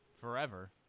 forever